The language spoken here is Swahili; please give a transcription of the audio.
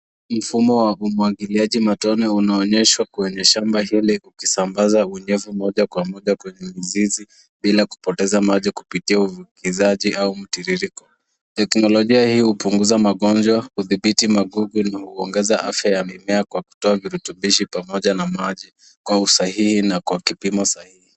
Mfumo wa umwagiliaji matine unaonyeshwa kwenye shamba hili ukisambaza unyevu moja kwa moja kwenye mizizi bila kupoteza maji kupitia uvukizaji au mtiririko. Teknolojia hii hupunguza magonjwa, kudhibiti magugu na huongeza afya ya mimea kwa kutoa virutubishi pamoja na maji kwa usahihi na kipimo sahihi.